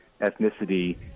ethnicity